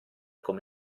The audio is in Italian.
come